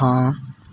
ਹਾਂ